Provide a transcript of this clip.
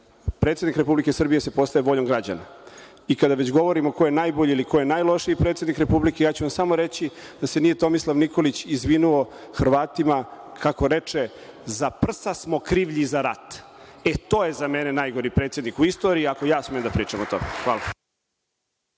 Srbije. Predsednik Republike Srbije se postaje voljom građana. I kada već govorimo ko je najbolji ili ko je najlošiji predsednik Republike, ja ću vam samo reći da se nije Tomislav Nikolić izvinio Hrvatima, kako reče – za prsa smo krivlji za rad, e, to je za mene najgori predsednik u istoriji, ako ja smem da pričam o tome. Hvala.